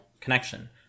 connection